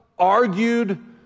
Argued